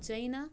China